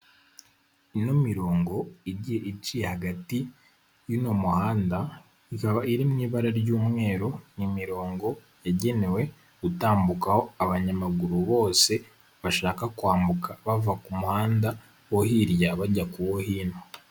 Ino mirongo igiye iciye hagati y'uno muhanda ikaba iri mu ibara ry'umweru, ni imirongo yagenewe gutambukaho abanyamaguru bose bashaka kwambuka, bava ku muhanda wo hirya bajya ku wo hino.